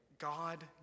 God